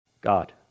God